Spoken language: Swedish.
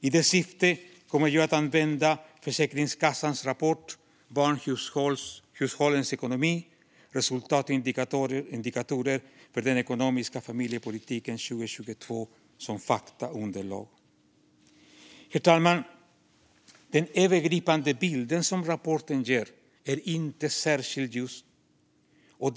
I det syftet kommer jag att använda Försäkringskassans rapport Barnhus hållens ekonomi. Resultatindikatorer för den ekonomiska familjepolitiken 2022 som faktaunderlag. Herr talman! Den övergripande bilden som rapporten ger är inte särskilt ljus.